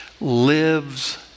lives